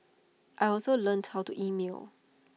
I also learned how to email